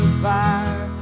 fire